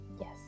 Yes